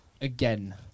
again